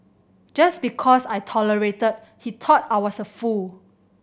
just because I tolerated he thought I was a fool